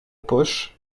poche